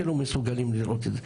שלא מסוגלים לראות את זה,